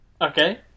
Okay